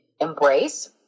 embrace